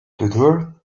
tudor